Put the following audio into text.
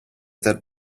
that